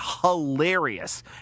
hilarious